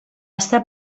estar